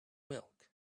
milk